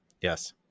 Yes